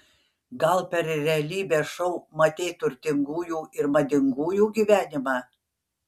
gal per realybės šou matei turtingųjų ir madingųjų gyvenimą